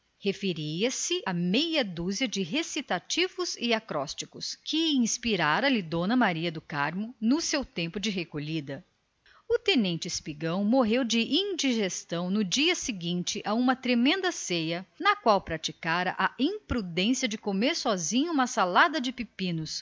rapaz referia-se a meia dúzia de acrósticos e recitativos que lhe inspirava d maria do carmo no seu tempo de recolhida coitado morreu de uma tremenda indigestão no dia seguinte a uma ceia ainda mais tremenda na qual praticara a imprudência de comer uma salada inteira de pepinos